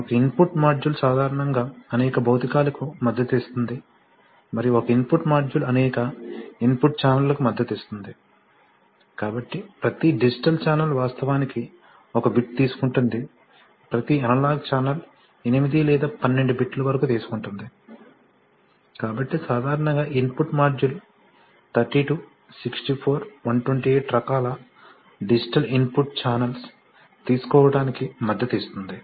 ఒక input module సాధారణంగా అనేక భౌతికాలకు మద్దతు ఇస్తుంది మరియు ఒక ఇన్పుట్ మాడ్యూల్ అనేక ఇన్పుట్ ఛానెళ్ళకు మద్దతు ఇస్తుంది కాబట్టి ప్రతి డిజిటల్ ఛానల్ వాస్తవానికి ఒక బిట్ తీసుకుంటుంది ప్రతి అనలాగ్ ఛానెల్ ఎనిమిది లేదా పన్నెండు బిట్ల వరకు తీసుకుంటుంది కాబట్టి సాధారణంగా ఇన్పుట్ మాడ్యూల్ 32 64 128 రకాల డిజిటల్ ఇన్పుట్ ఛానెల్స్ తెలుసుకోవటానికి మద్దతు ఇస్తుంది